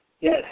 Yes